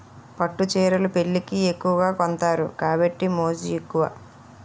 పట్టు చీరలు పెళ్లికి ఎక్కువగా కొంతారు కాబట్టి మోజు ఎక్కువ